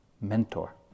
mentor